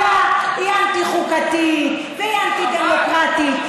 כולה היא אנטי-חוקתית והיא אנטי-דמוקרטית.